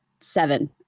seven